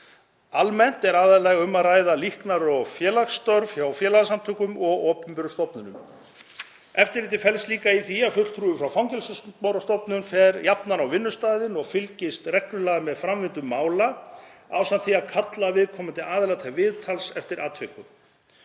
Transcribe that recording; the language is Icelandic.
Almennt er aðallega um að ræða líknar- og félagsstörf hjá félagasamtökum og opinberum stofnunum. Eftirlitið felst í því að fulltrúi frá Fangelsismálastofnun fer jafnan á vinnustaðinn og fylgist reglulega með framvindu mála ásamt því að kalla viðkomandi aðila til viðtals eftir atvikum.